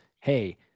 hey